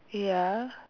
ya